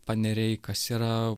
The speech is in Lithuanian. paneriai kas yra